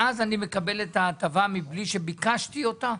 ואז אני מקבל את ההטבה מבלי שביקשתי אותה?